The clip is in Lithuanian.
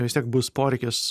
vis tiek bus poreikis